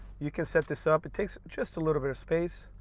you can set this up it takes just a little bit of space.